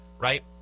right